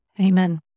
Amen